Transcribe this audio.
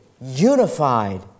unified